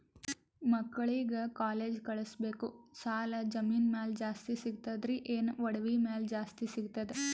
ಮಕ್ಕಳಿಗ ಕಾಲೇಜ್ ಕಳಸಬೇಕು, ಸಾಲ ಜಮೀನ ಮ್ಯಾಲ ಜಾಸ್ತಿ ಸಿಗ್ತದ್ರಿ, ಏನ ಒಡವಿ ಮ್ಯಾಲ ಜಾಸ್ತಿ ಸಿಗತದ?